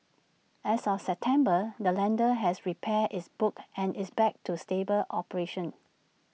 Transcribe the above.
as of September the lender has repaired its books and is back to stable operations